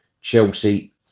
Chelsea